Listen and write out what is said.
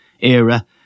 era